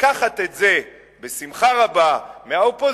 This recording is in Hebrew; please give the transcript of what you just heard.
לקחת את זה בשמחה רבה מהאופוזיציה,